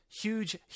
huge